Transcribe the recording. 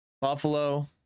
Buffalo